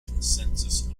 consensus